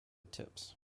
tips